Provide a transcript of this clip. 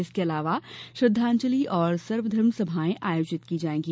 इसके अलावा श्रद्दांजलि और सर्वधर्म सभाएं आयोजित की जायेंगी